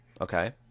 Okay